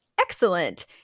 excellent